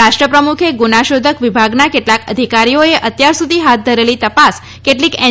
રાષ્ટ્રપ્રમુખે ગુનાશોધક વિભાગના કેટલાક અધિકારીઓએ અત્યારસુધી હાથ ધરેલી તપાસ કેટલીક એન